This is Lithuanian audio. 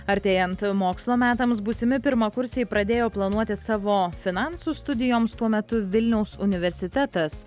artėjant mokslo metams būsimi pirmakursiai pradėjo planuoti savo finansus studijoms tuo metu vilniaus universitetas